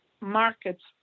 markets